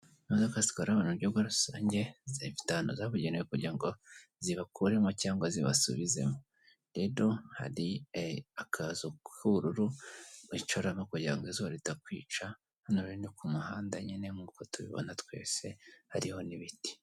Imodoka zitwara abantu mu buryo rusange zifite habugenewe kugira ngo zibakuremo cyangwa zibasubizemo, rero hari akazu kubururu wicaramo kugira ngo izuba ritakwica hino rero ni ku muhanda nyine nkuko tubibona twese hariho n'ibiti.